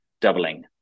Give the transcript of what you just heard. doubling